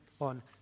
on